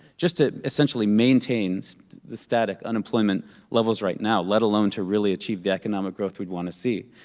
just to essentially maintain so the static unemployment levels right now, let alone to really achieve the economic growth we'd wanna see,